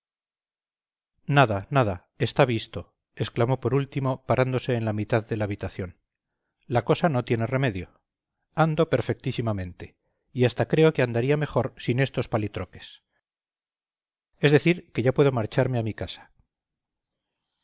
nada nada está visto exclamó por último parándose en mitad de la habitación la cosa no tiene remedio ando perfectísimamente y hasta creo que andaría mejor sin estos palitroques es decir que ya puedo marcharme a mi casa